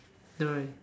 don't worry